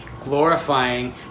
glorifying